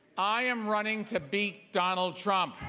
i am running to beat donald trump.